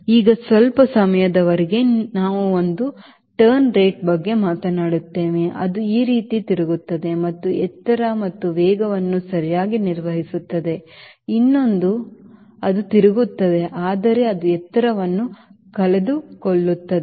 ಈಗ ಸ್ವಲ್ಪ ಸಮಯದವರೆಗೆ ನಾವು ಒಂದು turn rates ಬಗ್ಗೆ ಮಾತನಾಡುತ್ತೇವೆ ಅದು ಈ ರೀತಿ ತಿರುಗುತ್ತದೆ ಮತ್ತು ಎತ್ತರ ಮತ್ತು ವೇಗವನ್ನು ಸರಿಯಾಗಿ ನಿರ್ವಹಿಸುತ್ತದೆ ಇನ್ನೊಂದು ಅದು ತಿರುಗುತ್ತದೆ ಆದರೆ ಅದು ಎತ್ತರವನ್ನು ಕಳೆದುಕೊಳ್ಳುತ್ತದೆ